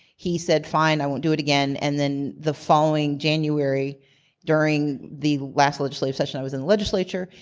he said, fine. i won't do it again. and then the following january during the last legislative session i was in legislature,